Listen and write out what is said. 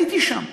הייתי שם.